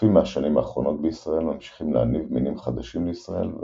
איסופים מהשנים האחרונות בישראל ממשיכים